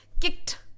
kicked